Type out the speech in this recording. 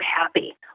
happy